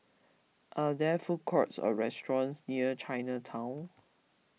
are there food courts or restaurants near Chinatown